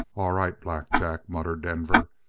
all right black jack, muttered denver.